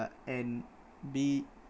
and be